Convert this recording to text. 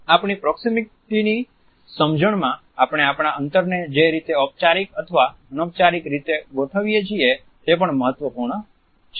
આપણી પ્રોક્સિમીટીની સમજણમાં આપણે આપણા અંતરને જે રીતે ઔપચારિક અથવા અનૌપચારિક રીતે ગોઠવીયે છીએ તે પણ મહત્વપૂર્ણ છે